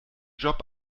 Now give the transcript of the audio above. job